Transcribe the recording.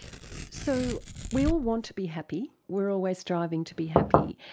so we all want to be happy, we are always striving to be happy,